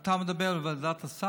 אתה מדבר על ועדת הסל?